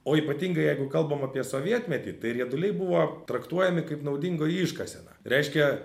o ypatingai jeigu kalbam apie sovietmetį tai rieduliai buvo traktuojami kaip naudingoji iškasena reiškia